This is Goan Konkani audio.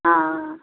आं